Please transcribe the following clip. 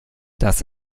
das